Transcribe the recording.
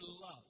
love